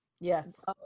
Yes